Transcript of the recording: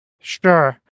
Sure